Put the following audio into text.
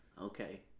Okay